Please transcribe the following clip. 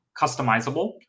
customizable